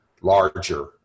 larger